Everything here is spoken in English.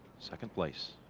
second place.